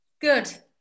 Good